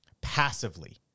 Passively